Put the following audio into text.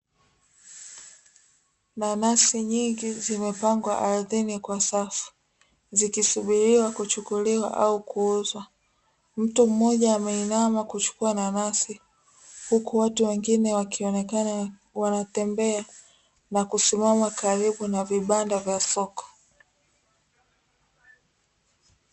Nanasi nyingi zimepangwa ardhini kwa safu, zikisubuliwa kuchukuliwa au kuuzwa. Mtu mmoja ameinama kuchukua nanasi, huku watu wengine wakiwa wanatembea na kusimama karibu na vibanda vya soko.